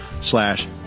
slash